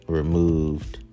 removed